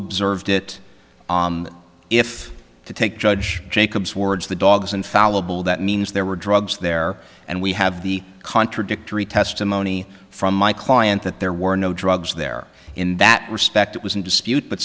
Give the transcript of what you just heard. observed it if to take judge jacob's words the dog's infallible that means there were drugs there and we have the contradictory testimony from my client that there were no drugs there in that respect it was in dispute but